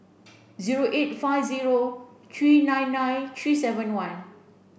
zero eight five zero three nine nine three seven one